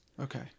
Okay